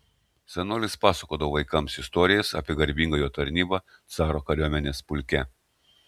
senolis pasakodavo vaikams istorijas apie garbingą jo tarnybą caro kariuomenės pulke